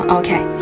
okay